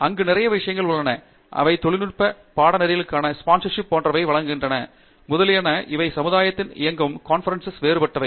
அங்கு நிறைய விஷயங்கள் உள்ளன அவை தொழில்நுட்ப பாடநெறிக்கான ஸ்பான்சர்ஷிப் போன்றவற்றை வழங்குகின்றன முதலியன இவை சமுதாயத்தில் இயங்கும் கான்பிரன்ஸ் வேறுபட்டவை